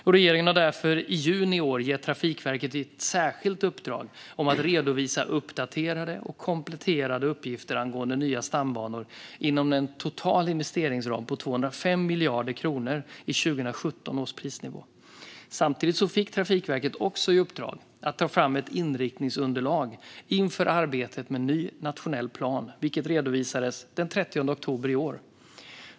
Regeringen gav därför i juni i år Trafikverket ett särskilt uppdrag om att redovisa uppdaterade och kompletterande uppgifter angående nya stambanor inom en total investeringsram på 205 miljarder kronor, i 2017 års prisnivå. Samtidigt fick Trafikverket också i uppdrag att ta fram ett inriktningsunderlag inför arbetet med en ny nationell plan, vilket redovisades den 30 oktober i år.